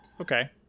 Okay